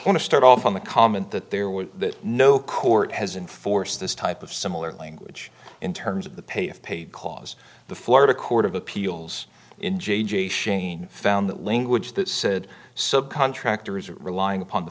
want to start off on the comment that there were no court has in force this type of similar language in terms of the pay if paid cause the florida court of appeals in j j shane found that language that said subcontractors are relying upon